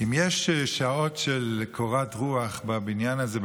אם יש שעות של קורת רוח בבניין הזה,